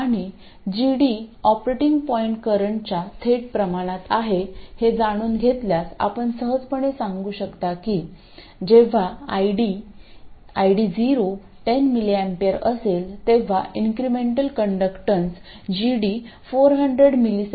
आणि gD operating point करंटच्या थेट प्रमाणात आहे हे जाणून घेतल्यास आपण सहजपणे सांगू शकता की जेव्हा ID0 10mA असेल तेव्हा इंक्रेमेंटल कण्डक्टन्स gD 400mS असेल आणि इंक्रेमेंटल रेजिस्टन्स 2